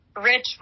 Rich